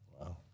Wow